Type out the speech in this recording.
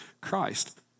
Christ